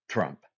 Trump